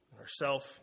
ourself